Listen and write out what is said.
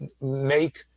make